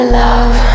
love